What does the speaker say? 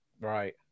Right